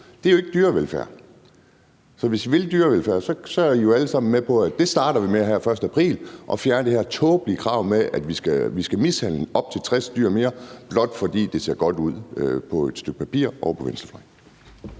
Det er jo ikke dyrevelfærd. Så hvis vi vil have dyrevelfærd, er I jo alle sammen med på, at vi her den 1. april starter med at fjerne det her tåbelige krav med, at vi skal mishandle op til 60 dyr mere, blot fordi det ser godt ud på et stykke papir og på venstrefløjen.